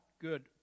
good